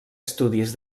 estudis